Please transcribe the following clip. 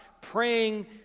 praying